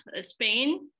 Spain